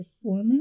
performer